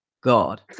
God